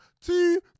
two